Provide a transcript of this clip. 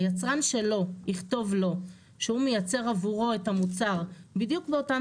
היצרן שלו יכתוב לו שהוא מייצר עבורו את המוצר בדיוק באותם